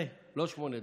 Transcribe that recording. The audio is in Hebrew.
לא שמונה דקות,